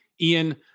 Ian